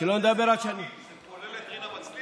שלא נדבר, חבר הכנסת מרגי, זה כולל את רינה מצליח?